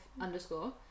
underscore